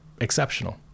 Exceptional